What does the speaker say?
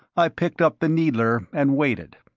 i picked up the needler and waited.